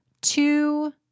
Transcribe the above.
two